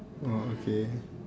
orh okay